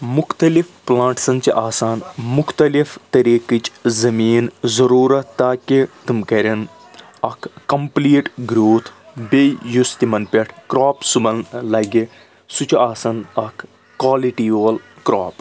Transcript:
مُختلِف پٕلانٛٹسَن چھِ آسان مُختلِف طریٖقٕچ زٔمیٖن ضروٗرتھ تاکہِ تِم کَرن اکھ کَمپلیٖٹ گروتھ بیٚیہِ یُس تِمن پؠٹھ کَرٛاپ سُمن لَگہِ سُہ چھُ آسان اکھ کالٕٹِی وول کَرٛاپ